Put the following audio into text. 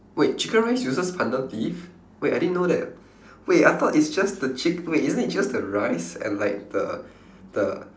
wait chicken rice uses pandan leaf wait I didn't know that wait I thought it's just the chick~ wait isn't it just the rice and like the the